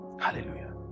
Hallelujah